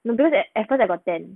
no better than effort about ten